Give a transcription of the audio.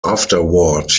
afterward